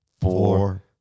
four